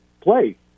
play